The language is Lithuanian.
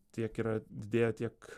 tiek yra didėja tiek